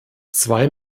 zwei